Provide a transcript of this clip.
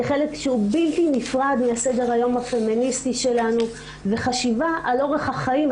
כחלק שהוא בלתי נפרד מסדר היום הפמיניסטי שלנו וחשיבה על אורח החיים,